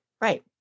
right